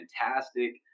fantastic